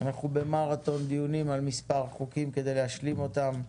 אנחנו במרתון דיונים על מספר חוקים כדי להשלים אותם.